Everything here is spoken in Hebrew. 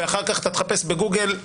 ואחר כך אתה תחפש בגוגל,